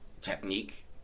technique